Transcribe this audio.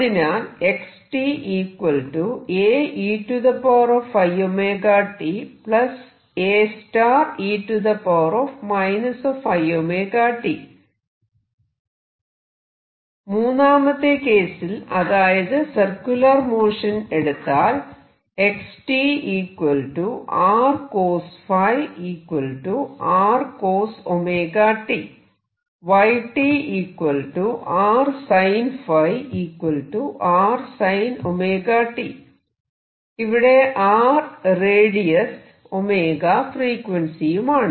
അതിനാൽ മൂന്നാമത്തെ കേസിൽ അതായത് സർക്യൂലർ മോഷൻ എടുത്താൽ ഇവിടെ R റേഡിയസ് 𝞈 ഫ്രീക്വൻസിയുമാണ്